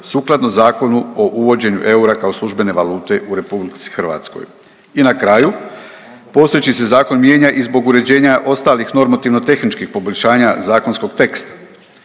sukladno Zakonu o uvođenju eura kao službene valute u RH. I na kraju, postojeći se zakon mijenja i zbog uređenja ostalih normotivnotehničkih poboljšanja zakonskog teksta.